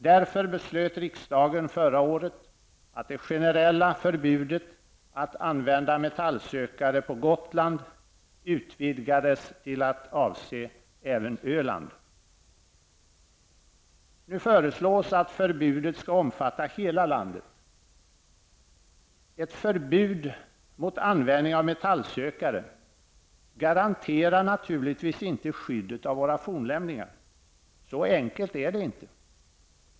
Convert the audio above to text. Därför beslöt riksdagen förra året att det generella förbudet att använda metallsökare på Nu föreslås att förbudet skall omfatta hela landet. Ett förbud mot användning av metallsökare garanterar naturligtvis inte skyddet av våra fornlämningar. Så enkelt är det inte.